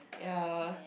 ya